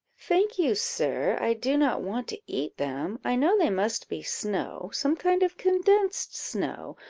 thank you, sir i do not want to eat them i know they must be snow, some kind of condensed snow,